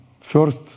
first